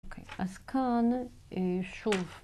אוקיי, אז כאן שוב.